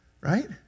right